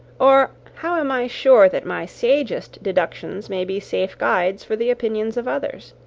or how am i sure that my sagest deductions may be safe guides for the opinions of others?